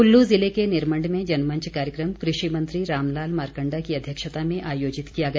कुल्लू ज़िले के निरमण्ड में जनमंच कार्यक्रम कृषि मंत्री रामलाल मारकण्डा की अध्यक्षता में आयोजित किया गया